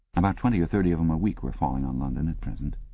about twenty or thirty of them a week were falling on london at present.